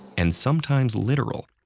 and sometimes literal,